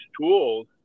tools